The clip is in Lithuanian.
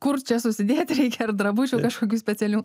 kur čia susidėti reikia ar drabužių kažkokių specialių